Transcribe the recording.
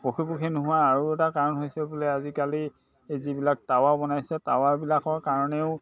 পশী পক্ষী নোহোৱা আৰু এটা কাৰণ হৈছে বোলে আজিকালি যিবিলাক টাৱাৰ বনাইছে টাৱাৰবিলাকৰ কাৰণেও